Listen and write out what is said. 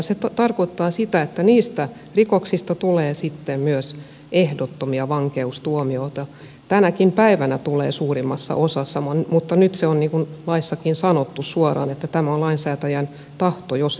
se tarkoittaa sitä että niistä rikoksista tulee sitten myös ehdottomia vankeustuomioita tänäkin päivänä tulee suurimmassa osassa mutta nyt se on laissakin sanottu suoraan että tämä on lainsäätäjän tahto jos eduskunta tämän esityksen hyväksyy